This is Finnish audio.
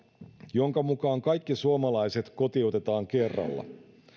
jonka mukaan kaikki suomalaiset kotiutetaan kerralla